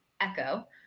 Echo